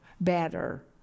better